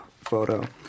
photo